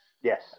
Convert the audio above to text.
Yes